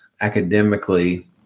academically